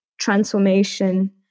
transformation